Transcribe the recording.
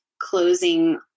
closing